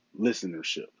listenership